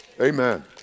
Amen